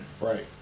Right